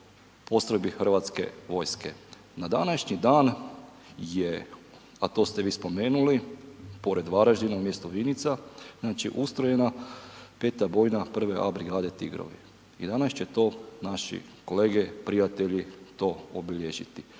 postrojbi Hrvatske vojske. Na današnji dan je, a to ste vi spomenuli, pored Varaždina u mjestu Vinica, znači ustrojena 5. bojna prve A brigade Tigrovi i danas će to naši kolege, prijatelji to obilježiti.